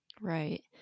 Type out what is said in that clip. Right